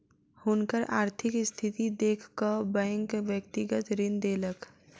हुनकर आर्थिक स्थिति देख कअ बैंक व्यक्तिगत ऋण देलक